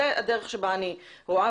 זאת הדרך בה אני רואה.